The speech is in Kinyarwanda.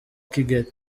kigeli